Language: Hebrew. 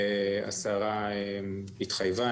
השרה התחייבה,